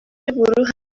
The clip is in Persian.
گروه